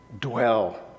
dwell